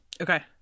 Okay